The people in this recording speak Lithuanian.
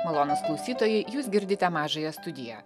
malonūs klausytojai jūs girdite mažąją studiją